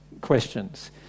questions